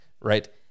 right